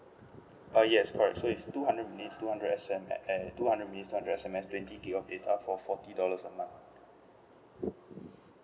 ah yes correct so is two hundred minutes two hundred S_M~ and two hundred minutes two hundred S_M_S twenty gigabyte of data for forty dollars a month